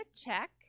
check